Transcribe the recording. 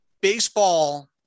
baseball